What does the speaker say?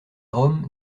roms